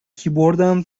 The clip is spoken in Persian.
کیبوردم